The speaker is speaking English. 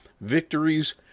Victories